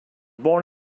born